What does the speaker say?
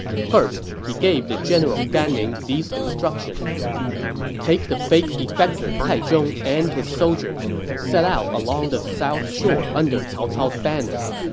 first, he gave the general gan ning these instructions take the fake defector cai zhong and his soldiers and set out along the south shore under cao cao's banners.